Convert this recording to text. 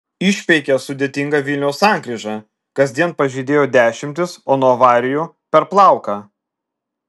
išpeikė sudėtingą vilniaus sankryžą kasdien pažeidėjų dešimtys o nuo avarijų per plauką